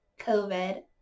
COVID